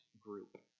group